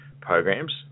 programs